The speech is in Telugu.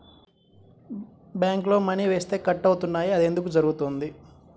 బ్యాంక్లో మని వేస్తే కట్ అవుతున్నాయి అది ఎందుకు జరుగుతోంది?